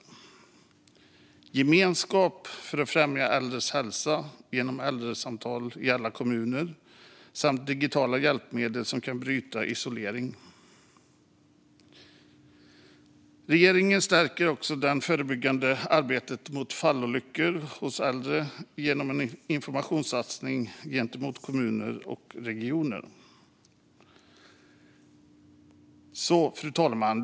Man satsar också på gemenskap för att främja äldres hälsa genom äldresamtal i alla kommuner samt digitala hjälpmedel som kan bryta isolering. Regeringen stärker det förebyggande arbetet mot fallolyckor bland äldre genom en informationssatsning gentemot kommuner och regioner. Fru talman!